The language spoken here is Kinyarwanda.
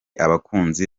abakunzi